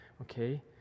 okay